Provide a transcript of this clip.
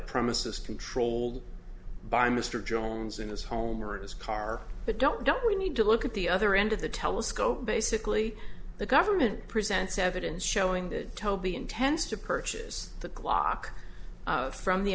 premises controlled by mr jones in his home or in his car but don't don't we need to look at the other end of the telescope basically the government presents evidence showing that toby intends to purchase the clock from the